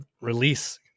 release